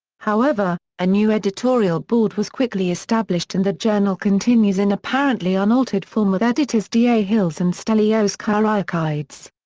however, a new editorial board was quickly established and the journal continues in apparently unaltered form with editors d a. hills and stelios kyriakides.